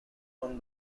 owned